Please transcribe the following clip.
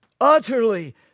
utterly